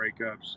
breakups